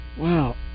Wow